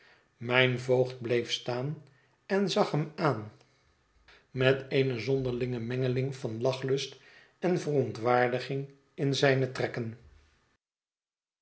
mijn voogd bleef staan en zag hem aan met eene zonderlinge mengeling van lachlust en verontwaardiging in zijne trekken